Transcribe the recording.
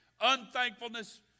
unthankfulness